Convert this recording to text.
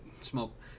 smoke